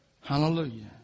Hallelujah